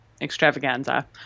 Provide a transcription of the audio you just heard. extravaganza